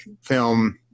film